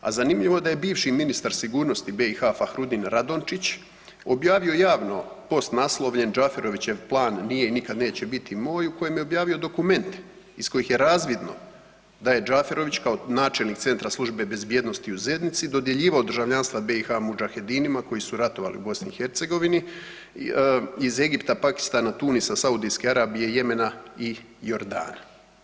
A zanimljivo je da je bivši ministar sigurnosti BiH Fahrudin Radončić objavio javno post naslovljen Džaferovićev plan nije i nikad neće biti moj u kojem je objavio dokument iz kojeg je razvidno da je Džaferović kao načelnik centra Službe bezbjednosti u Zenici dodjeljivao državljanstva BiH mudžahedinima koji su ratovali u BiH iz Egipta, Pakistana, Tunisa, Saudijske Arabije, Jemena i Jordana.